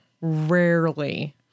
rarely